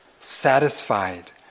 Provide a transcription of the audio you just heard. satisfied